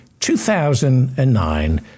2009